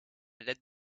l’aide